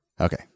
Okay